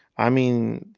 i mean,